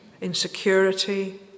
insecurity